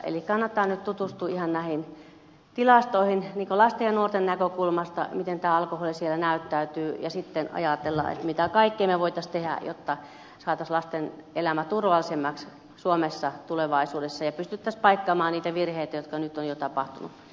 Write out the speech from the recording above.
eli kannattaa nyt tutustua ihan näihin tilastoihin lasten ja nuorten näkökulmasta miten tämä alkoholi siellä näyttäytyy ja sitten ajatella mitä kaikkea me voisimme tehdä jotta saisimme lasten elämän tulevaisuudessa turvallisemmaksi suomessa ja pystyisimme paikkaamaan niitä virheitä joita nyt ajotapa